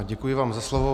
Děkuji vám za slovo.